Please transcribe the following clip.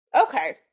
Okay